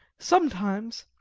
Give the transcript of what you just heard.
sometimes,